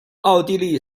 奥地利